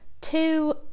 two